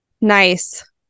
nice